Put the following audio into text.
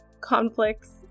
conflicts